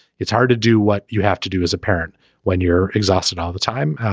it's hard to do what you have to do as a parent when you're exhausted all the time.